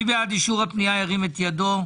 מי בעד אישור הפנייה ירים את ידו.